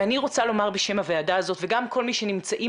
ואני רוצה לומר בשם הוועדה הזאת וגם כל מי שנמצאים